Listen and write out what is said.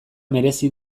merezi